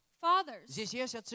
Fathers